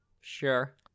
Sure